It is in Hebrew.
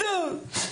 סתם.